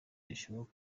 rishobora